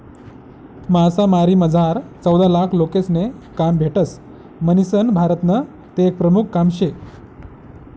मासामारीमझार चौदालाख लोकेसले काम भेटस म्हणीसन भारतनं ते एक प्रमुख काम शे